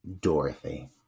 Dorothy